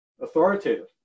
authoritative